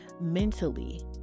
mentally